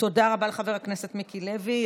תודה רבה לחבר הכנסת מיקי לוי.